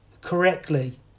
correctly